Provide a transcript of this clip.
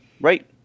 right